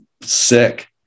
sick